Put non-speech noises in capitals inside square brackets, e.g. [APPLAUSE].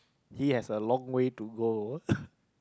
he has a long way to go [LAUGHS]